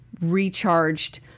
recharged